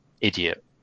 idiot